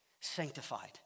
sanctified